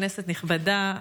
כנסת נכבדה,